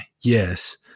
Yes